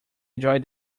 enjoy